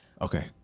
Okay